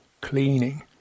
cleaning